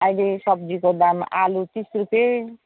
अहिले सब्जीको दाम आलु तिस रुपियाँ